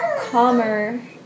calmer